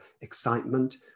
excitement